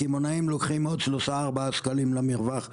הקמעונאים לוקחים עוד 3-4 שקלים למרווח שלהם,